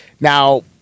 Now